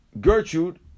Gertrude